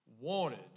wanted